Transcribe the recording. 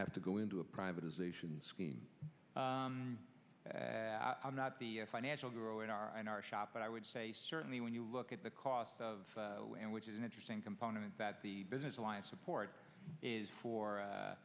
have to go into a privatization scheme as i'm not the financial girl in our in our shop but i would say certainly when you look at the cost of wind which is an interesting component that the business alliance support is for